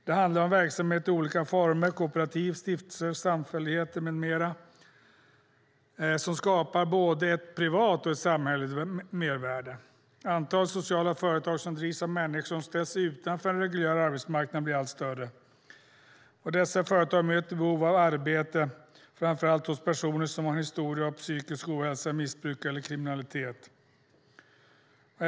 Det handlar om verksamheter i olika former - kooperativ, stiftelser, samfälligheter med mera - som skapar både ett privat och ett samhälleligt mervärde. Antalet sociala företag som drivs av människor som ställts utanför den reguljära arbetsmarknaden blir allt större. Dessa företag möter behoven av arbete hos framför allt personer som har en historia av psykisk ohälsa, missbruk eller kriminalitet.